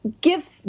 give